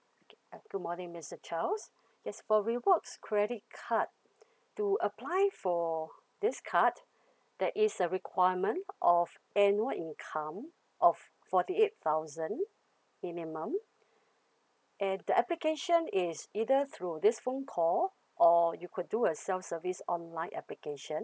good morning mister charles as for rewards credit card to apply for this card there is a requirement of annual income of forty eight thousand minimum and the application is either through this phone call or you could do a self service online application